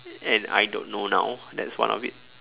and I don't know now that's one of it